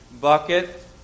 bucket